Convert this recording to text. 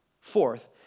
Fourth